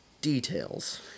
details